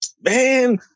Man